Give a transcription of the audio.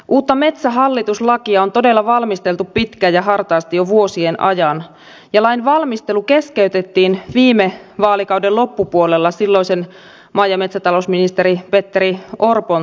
uutta metsähallitus lakia on todella valmisteltu pitkään ja hartaasti jo vuosien ajan ja lain valmistelu keskeytettiin viime vaalikauden loppupuolella silloisen maa ja metsätalousministeri petteri orpon toimesta